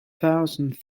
thousand